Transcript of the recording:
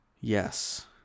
Yes